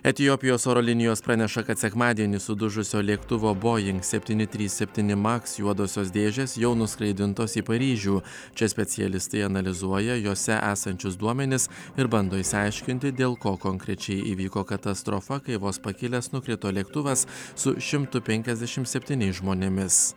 etiopijos oro linijos praneša kad sekmadienį sudužusio lėktuvo boing septyni trys septyni maks juodosios dėžės jau nuskraidintos į paryžių čia specialistai analizuoja jose esančius duomenis ir bando išsiaiškinti dėl ko konkrečiai įvyko katastrofa kai vos pakilęs nukrito lėktuvas su šimtu penkiasdešim septyniais žmonėmis